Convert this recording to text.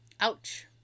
Ouch